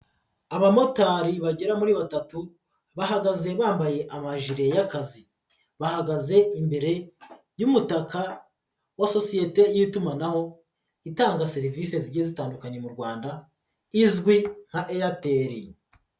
Abamotari bagera muri batatu bahagaze bambaye amajire y'akazi, bahagaze imbere y'umutaka wa sosiyete y'itumanaho itanga serivise zigiye zitandukanye mu Rwanda izwi nka Airtel.